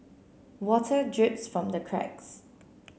water drips from the cracks